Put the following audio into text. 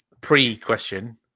pre-question